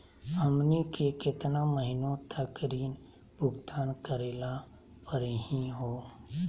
हमनी के केतना महीनों तक ऋण भुगतान करेला परही हो?